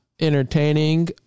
entertaining